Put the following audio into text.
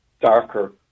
darker